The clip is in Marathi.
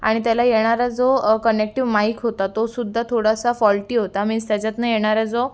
आणि त्याला येणारा जो कनेक्टिव्ह माइक होता तोसुद्धा थोडासा फॉल्टी होता मीन्स त्याच्यातनं येणारा जो